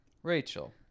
Rachel